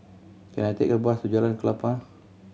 can I take a bus to Jalan Klapa